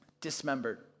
dismembered